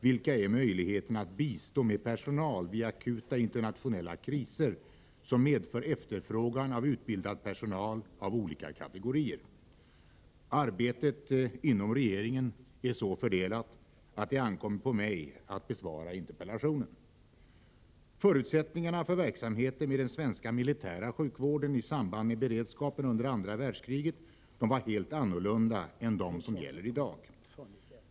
Vilka är möjligheterna att bistå med personal vid akuta internationella kriser som medför efterfrågan av utbildad personal av olika kategorier? Arbetet inom regeringen är så fördelat att det ankommer på mig att besvara interpellationen. Förutsättningarna för verksamheten vid den svenska militära sjukvården i samband med beredskapen under andra världskriget var helt annorlunda än de som gäller i dag.